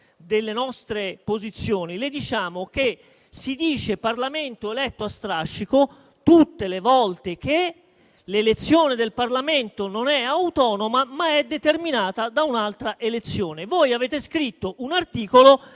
delle nostre posizioni le diciamo che si dice Parlamento eletto a strascico tutte le volte che l'elezione del Parlamento non è autonoma, ma è determinata da un'altra elezione. Voi avete scritto un articolo